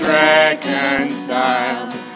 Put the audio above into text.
reconciled